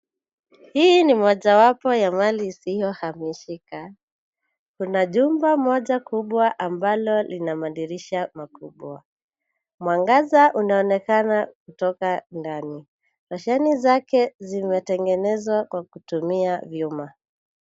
Hii ni mojawapo ya mali isiyohamishika. Kuna jumba moja kubwa ambalo lina madirisha makubwa. Mwangaza unaonekana kutoka ndani. Roshani zake zimetengenezwa kwa kutumia vyuma.